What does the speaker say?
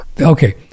okay